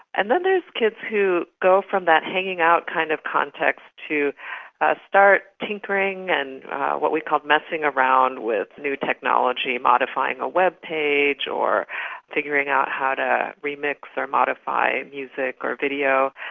and then there are kids who go from that hanging out kind of context to start tinkering and what we called messing around with new technology, modifying a webpage or figuring out how to remix or modify music or video,